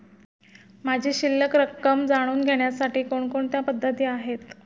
माझी शिल्लक रक्कम जाणून घेण्यासाठी कोणकोणत्या पद्धती आहेत?